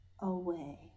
away